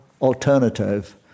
alternative